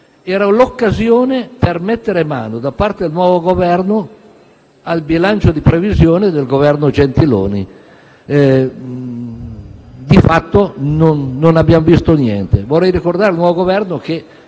era l'occasione per mettere mano, da parte del nuovo Governo, al bilancio di previsione del Governo Gentiloni Silveri. Di fatto, non abbiamo visto niente. Vorrei ricordare al nuovo Governo che